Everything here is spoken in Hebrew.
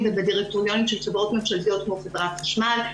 ובדירקטוריונים של חברות ממשלתיות כמו חברת חשמל.